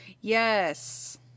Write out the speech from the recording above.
yes